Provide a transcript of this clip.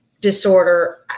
disorder